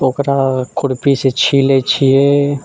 तऽ ओकरा खुरपीसँ छीलै छियै